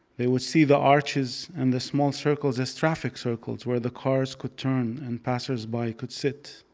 they would see the arches and the small circles as traffic circles where the cars could turn and passersby could sit.